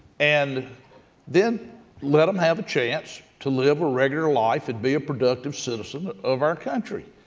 and then let them have a chance to live a regular life and be a productive citizen of our country.